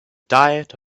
diet